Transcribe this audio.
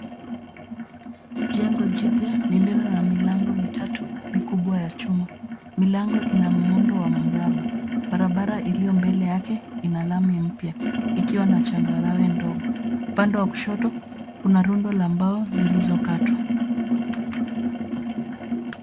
Jengo jipya lililo na milango mitatu mikubwa ya chuma. Milango ina muundo wa mraba. Barabara iliyo mbele yake ina lami mpya ikiwa na changarawe ndogo. Upande wa kushoto kuna rundo la mbao zilizokatwa.